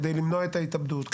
כדי למנוע את ההתאבדות.